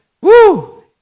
Woo